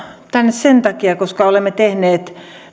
sen takia että olemme tehneet talousarvioaloitteen